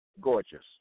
Gorgeous